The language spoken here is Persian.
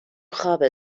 خوابه